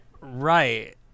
Right